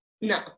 No